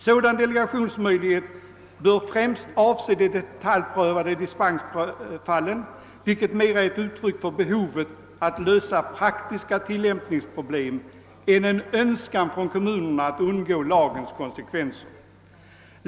Sådan delegationsmöjlighet bör främst avse de detaljbetonade dispensfallen, vilket mera är ett uttryck för behovet att lösa praktiska tilllämpningsproblem än en önskan från kommunerna att undgå lagens konsekvenser.